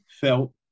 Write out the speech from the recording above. felt